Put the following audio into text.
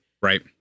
Right